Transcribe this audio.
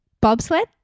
Bobsled